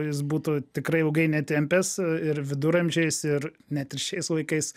jis būtų tikrai ilgai netempęs ir viduramžiais ir net ir šiais laikais